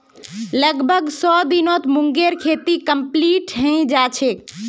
लगभग सौ दिनत मूंगेर खेती कंप्लीट हैं जाछेक